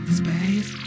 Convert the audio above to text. space